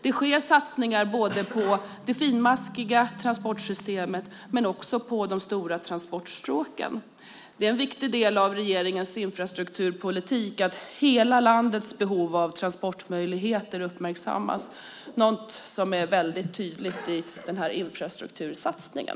Det sker satsningar både på det finmaskiga transportsystemet och på de stora transportstråken. Det är en viktig del av regeringens infrastrukturpolitik att hela landets behov av transportmöjligheter uppmärksammas, något som är väldigt tydligt i den här infrastruktursatsningen.